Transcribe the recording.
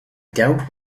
doubt